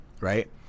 right